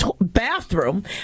bathroom